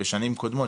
בשנים קודמות,